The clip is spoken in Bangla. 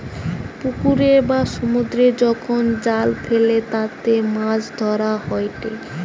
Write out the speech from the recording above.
পুকুরে বা সমুদ্রে যখন জাল ফেলে তাতে মাছ ধরা হয়েটে